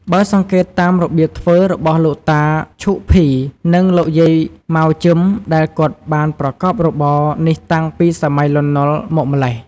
បើសង្កេតតាមរបៀបធ្វើ របស់លោកតា ឈូក ភី និងលោកយាយម៉ៅ ជឹម ដែលគាត់បានប្រកបរបរ នេះតាំងពីសម័យលន់ណល់មកម្លេះ។